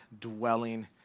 dwelling